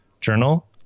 journal